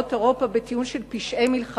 ישראלים וקציני צבא בטיעון של פשעי מלחמה,